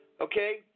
Okay